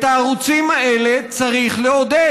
את הערוצים האלה צריך לעודד.